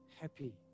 happy